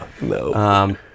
No